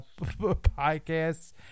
podcasts